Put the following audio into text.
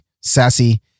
sassy